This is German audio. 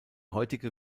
heutige